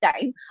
time